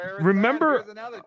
Remember